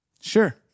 Sure